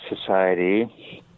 society